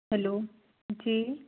hello जी